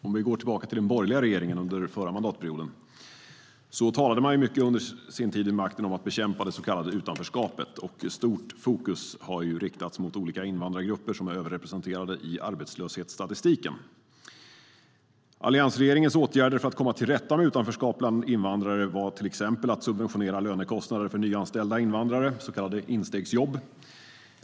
Om vi går tillbaka till den borgerliga regeringen under den förra mandatperioden talade man mycket under sin tid vid makten om att bekämpa det så kallade utanförskapet. Stort fokus har riktats mot olika invandrargrupper som är överrepresenterade i arbetslöshetsstatistiken. Alliansregeringens åtgärder för att komma till rätta med utanförskap bland invandrare var till exempel att subventionera lönekostnader för nyanställda invandrare, så kallade instegsjobb.